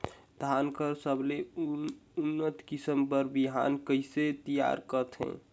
धान कर सबले उन्नत किसम कर बिहान कइसे तियार करथे?